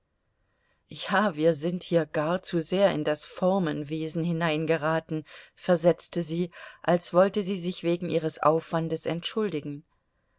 ja wir sind hier gar zu sehr in das formenwesen hineingeraten versetzte sie als wollte sie sich wegen ihres aufwandes entschuldigen